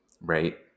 right